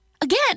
Again